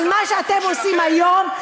אבל מה שאתם עושים היום,